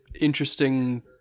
interesting